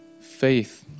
faith